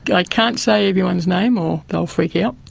i can't say everyone's name or they'll freak out,